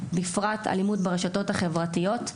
בפרט אלימות ברשתות החברתיות.